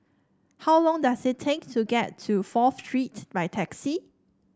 how long does it take to get to Fourth Street by taxi